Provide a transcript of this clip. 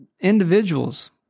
individuals